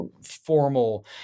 formal